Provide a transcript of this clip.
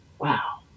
Wow